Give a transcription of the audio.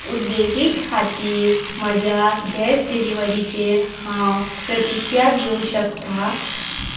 उद्देगीक खातीर म्हज्या गॅस डिलिव्हरीचेर हांव प्रतिक्रीया दिवंक शकता